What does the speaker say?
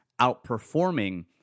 outperforming